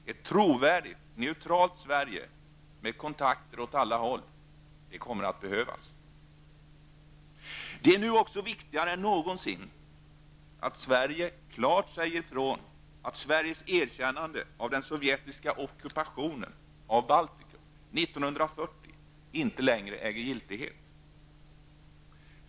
Ett trovärdigt neutralt Sverige med kontakter åt alla håll kan snart behövas. Det är nu också viktigare än någonsin att Sverige klart säger ifrån att Sveriges erkännande av den sovjetiska ockupationen av Balticum 1940 inte längre äger giltighet.